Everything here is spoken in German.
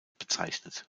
bezeichnet